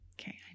Okay